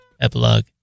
Epilogue